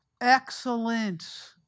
Excellent